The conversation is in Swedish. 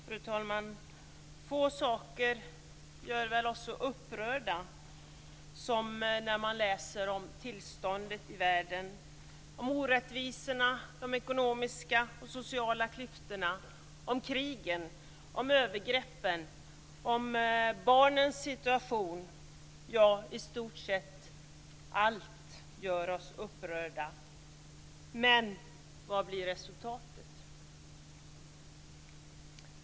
Fru talman! Få saker gör väl oss så upprörda som när vi läser om tillståndet i världen - om orättvisorna, de ekonomiska och sociala klyftorna, om krigen, om övergreppen och om barnens situation. Ja, i stort sett allt gör oss upprörda. Men vad blir resultatet?